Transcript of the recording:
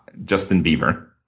justin bieber,